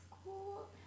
school